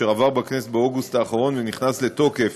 אשר עבר בכנסת באוגוסט האחרון ונכנס לתוקף